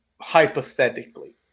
hypothetically